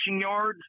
yards